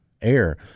air